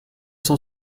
cent